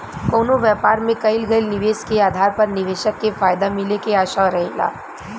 कवनो व्यापार में कईल गईल निवेश के आधार पर निवेशक के फायदा मिले के आशा रहेला